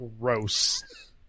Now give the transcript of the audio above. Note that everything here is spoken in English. gross